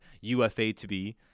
UFA-to-be